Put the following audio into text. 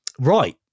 right